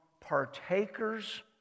partakers